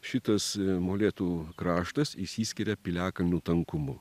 šitas molėtų kraštas išsiskiria piliakalnių tankumu